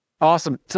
Awesome